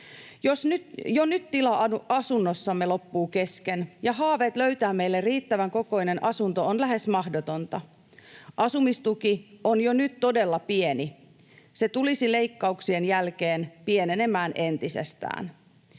Jo nyt tila asunnossamme loppuu kesken, ja haave löytää meille riittävän kokoinen asunto on lähes mahdotonta. Asumistuki on jo nyt todella pieni. Se tulisi leikkauksien jälkeen pienenemään entisestään.